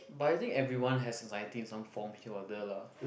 but I think everyone has as I think in some form here or there lah